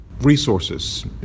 Resources